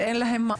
שאין להם מעון.